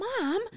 mom